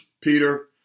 Peter